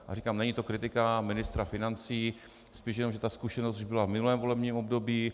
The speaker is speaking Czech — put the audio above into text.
A říkám, není to kritika ministra financí, spíš jenom že ta zkušenost už byla v minulém volebním období.